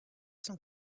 sont